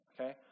Okay